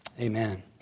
Amen